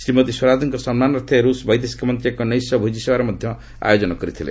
ଶ୍ରୀମତୀ ସ୍ୱରାଜଙ୍କ ସମ୍ମାନାର୍ଥେ ରୁଷ ବୈଦେଶିକ ମନ୍ତ୍ରୀ ଏକ ନୈଶ ଭୋଜିସଭାର ମଧ୍ୟ ଆୟୋଜନ କରିଥିଲେ